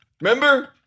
Remember